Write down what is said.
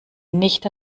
nicht